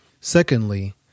Secondly